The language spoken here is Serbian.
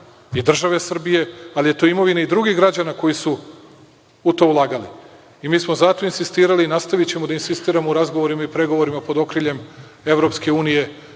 i države Srbije, ali je to i imovina i drugih građana koji su u to ulagali. I mi smo zato insistirali i nastavićemo da insistiramo u razgovorima i pregovorima pod okriljem Evropske unije